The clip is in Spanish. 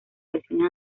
versiones